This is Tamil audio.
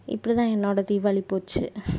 இப்படி தான் என்னோடய தீபாளி போச்சு